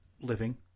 living